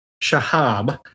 Shahab